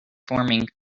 forming